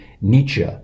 Nietzsche